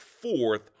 fourth